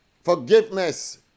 Forgiveness